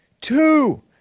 two